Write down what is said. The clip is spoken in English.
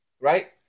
Right